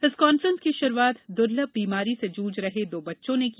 इस कान्फ्रेंस की षुरुआत दुर्लभ बीमारी से जूझ रहे दो बच्चों ने की